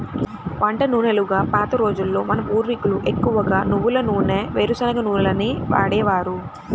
వంట నూనెలుగా పాత రోజుల్లో మన పూర్వీకులు ఎక్కువగా నువ్వుల నూనె, వేరుశనగ నూనెలనే వాడేవారు